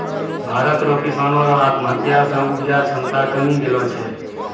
भारत रो किसानो रो आत्महत्या से उपजा क्षमता कमी गेलो छै